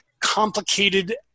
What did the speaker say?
complicated